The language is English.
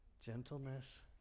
Gentleness